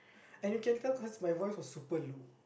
and you can tell cause my voice was super low